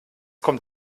kommt